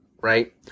right